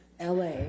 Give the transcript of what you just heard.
LA